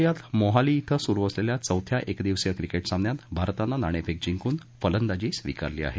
भारत आणि ऑस्ट्रेलिया मोहाली इथं सुरु असलेल्या चौथ्या एकदिवसीय क्रिकेट सामन्यात भारतानं नाणेफेक जिंकून फलंदाजी स्विकारली आहे